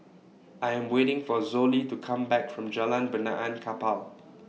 I Am waiting For Zollie to Come Back from Jalan Benaan Kapal